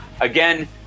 Again